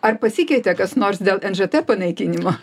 ar pasikeitė kas nors dėl nžt panaikinimo